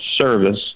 service